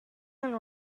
and